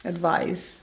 Advice